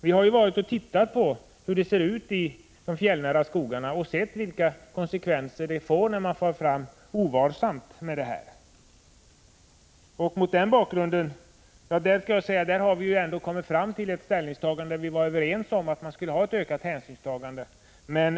Vi har ju varit och tittat på hur det ser ut i de fjällnära skogarna och sett vilka konsekvenser det blir när man far fram ovarsamt. I det fallet har vi ju kommit fram till ett ställningstagande, där vi varit överens om ett ökat hänsynstagande.